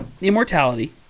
Immortality